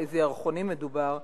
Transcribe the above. על איזה ירחונים מדובר,